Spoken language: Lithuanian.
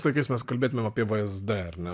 tokiais mes kalbėtumėm apie vzd ar ne